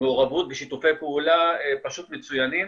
מעורבות ושיתופי פעולה פשוט מצוינים.